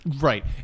Right